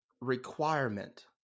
requirement